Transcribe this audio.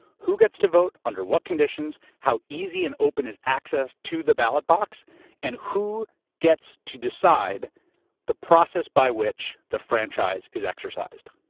who gets to vote, under what conditions, how easy and open is access to the ballot box and who gets to decide the process by which the franchise is exercised.